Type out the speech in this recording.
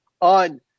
on